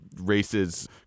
races